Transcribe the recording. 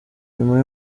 nyuma